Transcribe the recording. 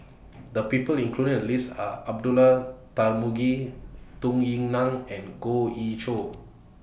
The People included in The list Are Abdullah Tarmugi Tung Yue Nang and Goh Ee Choo